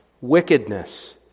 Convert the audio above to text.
wickedness